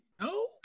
No